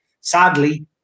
sadly